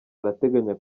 arateganya